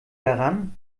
daran